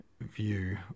view